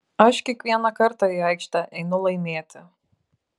aš kiekvieną kartą į aikštę einu laimėti